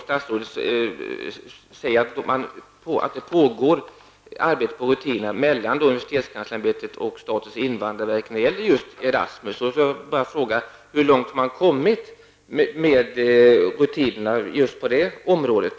Statsrådet säger att det pågår ett arbete mellan universitetskanslerämbetet och statens invandrarverk när det gäller rutinerna för Erasmus. Jag undrar hur långt detta arbete har kommit?